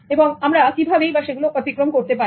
এবং আমরা কীভাবেই বা সেগুলো অতিক্রম করতে পারি